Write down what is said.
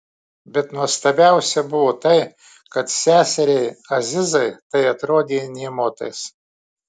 bet nuostabiausia buvo tai kad seseriai azizai tai atrodė nė motais